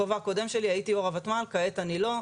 בכובע הקודם שלי הייתי יו"ר הותמ"ל, כרגע אני לא.